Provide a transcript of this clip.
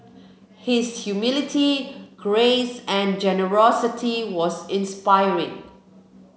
his humility grace and generosity was inspiring